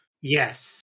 Yes